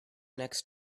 next